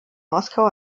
moskau